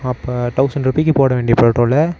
அப்போ டௌசண்ட் ருப்பீக்கு போட வேண்டிய பெட்ரோலை